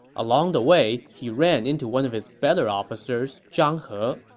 along the way, he ran into one of his better officers, zhang he.